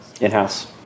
in-house